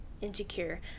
insecure